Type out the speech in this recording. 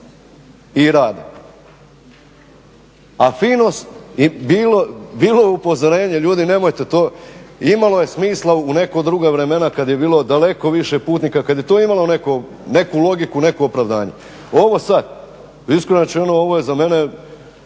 i rade. A fino, bilo je upozorenje, ljudi nemojte to, imalo je smisla u neka druga vremena kad je bilo daleko više putnika, kad je to imalo neku logiku, neko opravdanje, ovo sad, iskreno rečeno, ovo je za mene